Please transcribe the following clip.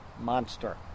monster